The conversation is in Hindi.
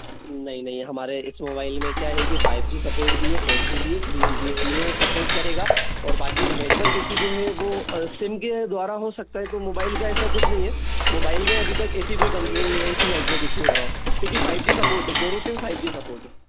नहीं नहीं हमारे इस मोबाइल में क्या है कि फाइव जी सपोर्ट भी है फोर जी भी है थ्री जी भी है तीनों सपोर्ट करेगा और बाकी नेटवर्क इश्यू जो है वो सिम के द्वारा हो सकता है तो मोबाइल का ऐसा कुछ नहीं है मोबाइल में अभी तक ऐसी कोई कंप्लेंट नहीं आयी कि नेटवर्क इश्यू हो रहा हो क्योंकि फाइव जी सपोर्ट है दोनों सिम फाइव जी सपोर्ट हैं